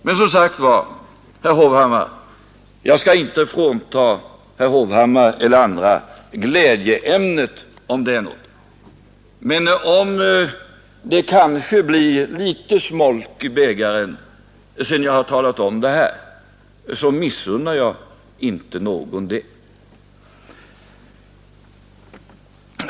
Men som sagt, herr Hovhammar, jag skall inte frånta herr Hovhammar eller andra glädjeämnet, om det finns något. Om det kanske blir litet smolk i bägaren sedan jag har talat om detta, missunnar jag inte någon det.